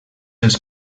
els